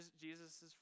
Jesus